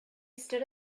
stood